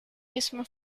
misma